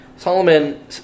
Solomon